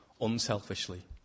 unselfishly